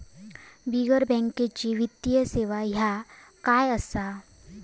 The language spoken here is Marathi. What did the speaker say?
बिगर बँकेची वित्तीय सेवा ह्या काय असा?